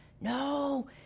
No